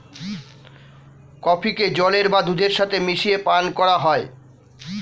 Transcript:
কফিকে জলের বা দুধের সাথে মিশিয়ে পান করা হয়